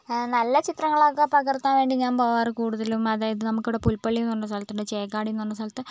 നല്ല ചിത്രങ്ങളൊക്കേ പകർത്താൻ വേണ്ടി ഞാൻ പോകാറ് കൂടുതലും അതായത് നമുക്കിവിടെ പുൽപ്പള്ളി എന്ന് പറഞ്ഞ സ്ഥലത്തുണ്ട് ചേക്കാടീന്നു പറഞ്ഞ സ്ഥലത്ത്